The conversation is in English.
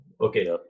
okay